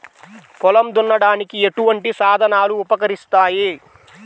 పొలం దున్నడానికి ఎటువంటి సాధనాలు ఉపకరిస్తాయి?